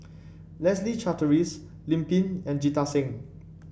Leslie Charteris Lim Pin and Jita Singh